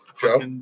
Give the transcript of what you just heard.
Joe